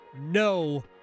no